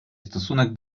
stosunek